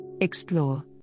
Explore